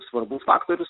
svarbus faktorius